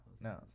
no